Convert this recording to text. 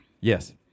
Yes